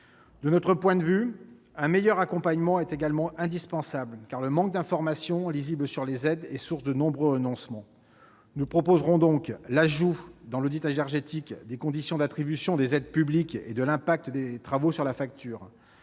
De notre point de vue, un meilleur accompagnement est également indispensable, car le manque d'informations lisibles sur les aides est source de nombreux renoncements. Nous proposerons donc l'ajout dans l'audit énergétique des conditions d'attribution des aides publiques et des conséquences des travaux sur la facture,